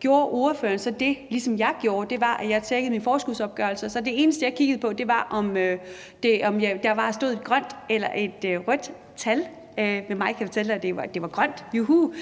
gjorde ordføreren så, ligesom jeg gjorde? Jeg tjekkede nemlig min forskudsopgørelse, og det eneste, jeg kiggede på, var, om der stod et grønt eller rødt tal. Jeg kan fortælle, at det hos mig var grønt – juhu.